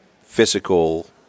physical